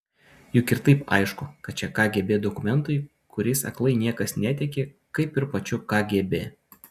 juk ir taip aišku kad čia kgb dokumentai kuriais aklai niekas netiki kaip ir pačiu kgb